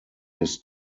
his